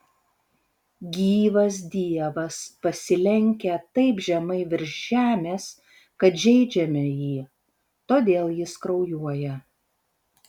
gyvas dievas pasilenkia taip žemai virš žemės kad žeidžiame jį todėl jis kraujuoja